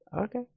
Okay